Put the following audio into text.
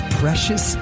precious